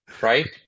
right